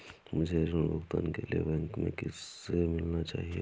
मुझे ऋण भुगतान के लिए बैंक में किससे मिलना चाहिए?